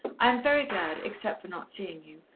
i am very glad, except for not seeing you.